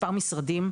מספר משרדים,